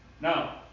Now